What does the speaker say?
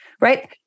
Right